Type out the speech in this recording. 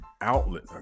outlet